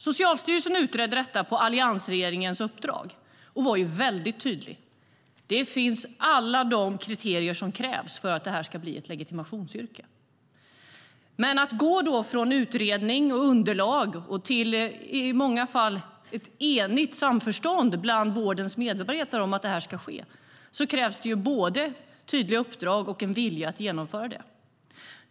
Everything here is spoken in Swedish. Socialstyrelsen utredde detta på alliansregeringens uppdrag, och man var tydlig: Alla de kriterier som krävs för att detta ska bli ett legitimationsyrke finns. Men för att gå från utredning och underlag till ett i många fall enigt samförstånd bland vårdens medarbetare om att detta ska ske krävs både tydliga uppdrag och en vilja att genomföra det.